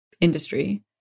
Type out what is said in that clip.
industry